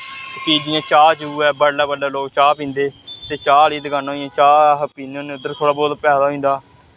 फ्ही जि'यां चाह् चूह् ऐ बडलै बडलै लोग चाह् पींदे ते चाह् आह्लियां दकानां होई गेइयां चाह् अस उद्धर पीने होन्ने उद्धर थोह्ड़ा बौह्त फैदा होई जंदा